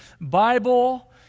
Bible